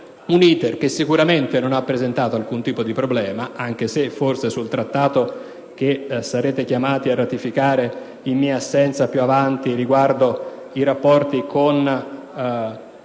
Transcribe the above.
un *iter* che sicuramente non ha presentato alcun tipo di problema, anche se forse sul Trattato che sarete chiamati a ratificare, in mia assenza, più avanti, riguardo il trasferimento